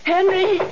Henry